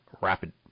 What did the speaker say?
rapid